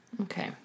Okay